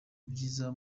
byiza